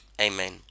amen